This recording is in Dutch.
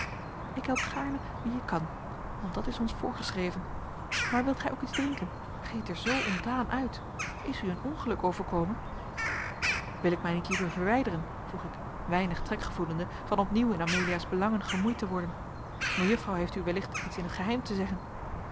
ik help gaarne wie ik kan want dat is ons voorgeschreven maar wilt gij ook iets drinken gij ziet er zoo ontdaan uit is u een ongeluk overkomen wil ik mij niet liever verwijderen vroeg ik weinig trek gevoelende van opnieuw in amelia's belangen gemoeid te worden mejuffrouw heeft u wellicht iets in t geheim te zeggen